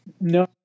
no